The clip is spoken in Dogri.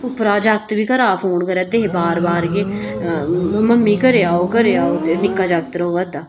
उप्परा जगत बी करा दा फोन करार दे है बार बार गै मम्मी घरे गी अ'ऊं घरे गी अ'ऊं ते निक्का जगत रोआ दा